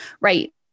right